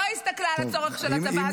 לא הסתכלה על הצורך של הצבא.